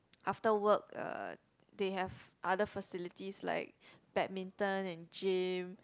after work uh they have other facilities like badminton and gym